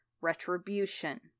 retribution